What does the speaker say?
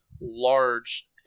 large